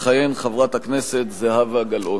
תכהן חברת הכנסת זהבה גלאון.